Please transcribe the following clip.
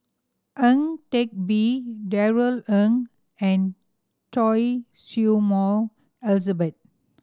Ang Teck Bee Darrell Ang and Choy Su Moi Elizabeth